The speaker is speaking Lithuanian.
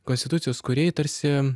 konstitucijos kūrėjai tarsi